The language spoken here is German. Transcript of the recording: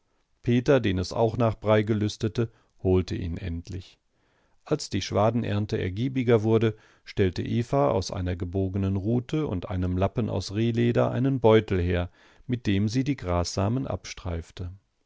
peter den es auch nach brei gelüstete holte ihn endlich als die schwadenernte ergiebiger wurde stellte eva aus einer gebogenen rute und einem lappen aus rehleder einen beutel her mit dem sie die grassamen abstreifte